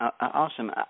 Awesome